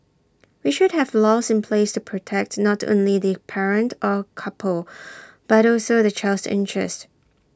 we should have laws in place to protect not only the parents or couple but also the child's interest